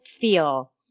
feel